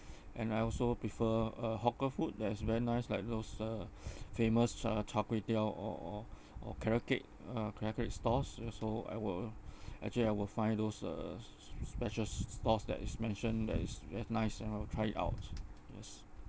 and I also prefer uh hawker food that is very nice like those uh famous char char kway teow or or or carrot cake uh carrot cake stalls ya so I will actually I will find those uh s~ special s~ stalls that is mentioned that is very nice and I will try it out yes